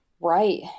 Right